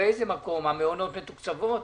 באיזה מקום המעונות מתוקצבות?